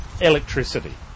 electricity